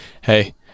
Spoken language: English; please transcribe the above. hey